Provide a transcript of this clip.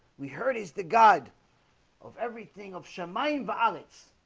we heard is the god of everything of shimon valleys